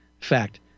fact